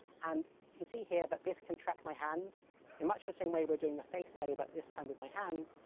and you can see here that but this can track my hands in much the same way we're doing the face earlier, but this time with my hand.